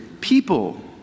people